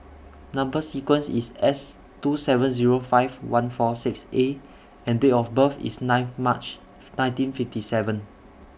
Number sequence IS S two seven Zero five one four six A and Date of birth IS ninth March nineteen fifty seven